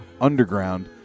underground